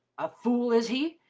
a fool, is he?